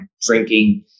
drinking